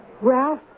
Ralph